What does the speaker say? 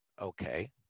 Okay